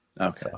Okay